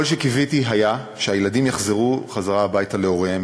כל שקיוויתי היה שהילדים יחזרו חזרה הביתה להוריהם,